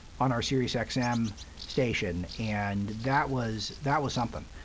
on our siriusxm station, and that was that was something.